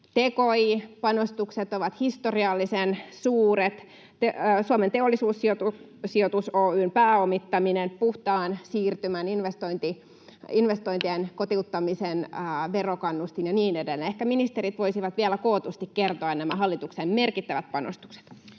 Tki-panostukset ovat historiallisen suuret: Suomen Teollisuussijoitus Oy:n pääomittaminen, puhtaan siirtymän investointien kotiuttamisen verokannustin ja niin edelleen. Ehkä ministerit voisivat vielä kootusti kertoa näistä hallituksen merkittävistä panostuksista.